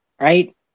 right